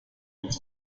mit